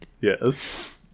yes